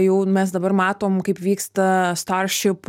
jau mes dabar matom kaip vyksta staršip